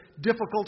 difficult